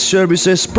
Services